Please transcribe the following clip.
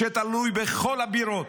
שתלוי בכל הבירות?